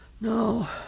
No